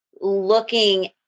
looking